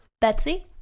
Betsy